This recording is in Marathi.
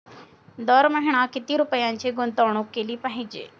दर महिना किती रुपयांची गुंतवणूक केली पाहिजे?